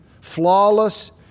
flawless